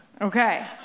Okay